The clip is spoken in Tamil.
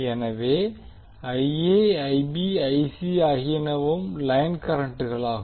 எனவே ஆகியனவும் லைன் கரண்ட்களாகும்